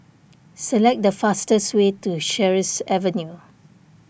select the fastest way to Sheares Avenue